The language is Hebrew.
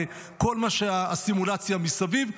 וכל הסימולציה מסביב.